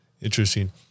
Interesting